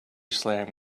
slam